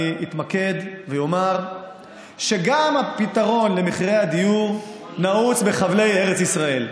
אני אתמקד ואומר שגם הפתרון למחירי הדיור נעוץ בחבלי ארץ ישראל.